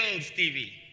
Stevie